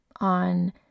on